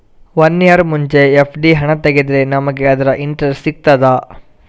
One year ಮುಂಚೆ FD ಹಣ ತೆಗೆದ್ರೆ ನಮಗೆ ಅದರ ಇಂಟ್ರೆಸ್ಟ್ ಸಿಗ್ತದ?